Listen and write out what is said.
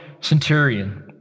centurion